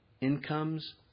Incomes